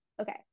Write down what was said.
Okay